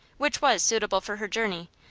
which was suitable for her journey,